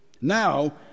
Now